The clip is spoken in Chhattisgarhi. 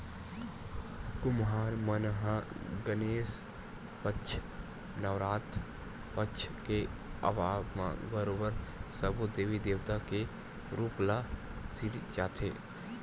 कुम्हार मन ह गनेस पक्छ, नवरात पक्छ के आवब म बरोबर सब्बो देवी देवता के रुप ल सिरजाथे